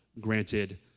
granted